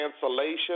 cancellation